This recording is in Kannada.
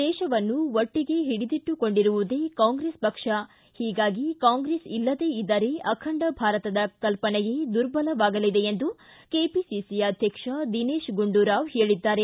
ದೇಶವನ್ನು ಒಟ್ಟಿಗೆ ಹಿಡಿದಿಟ್ಟುಕೊಂಡಿರುವುದೇ ಕಾಂಗ್ರೆಸ್ ಪಕ್ಷ ಪಾಗಾಗಿ ಕಾಂಗ್ರೆಸ್ ಇಲ್ಲದೇ ಇದ್ದರೆ ಅಖಂಡ ಭಾರತದ ಕಲ್ಪನೆಯೇ ದುರ್ಬಲವಾಗಲಿದೆ ಎಂದು ಕೆಪಿಸಿಸಿ ಅಧ್ಯಕ್ಷ ದಿನೇತ್ ಗುಂಡೂರಾವ್ ಹೇಳಿದ್ದಾರೆ